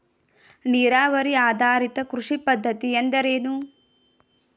ನೀರಾವರಿ ಆಧಾರಿತ ಕೃಷಿ ಪದ್ಧತಿ ಎಂದರೇನು?